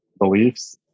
beliefs